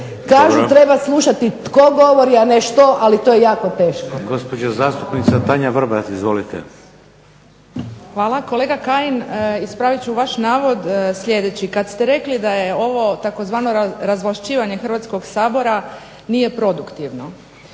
kažu treba slušati tko govori, a ne što ali to je jako teško. **Šeks, Vladimir (HDZ)** Gospođa zastupnica Tanja Vrbat, izvolite. **Vrbat Grgić, Tanja (SDP)** Hvala. Kolega Kajin, ispravit ću vaš navod sljedeći kad ste rekli da je ovo tzv. razvlašćivanje Hrvatskog sabora nije produktivno.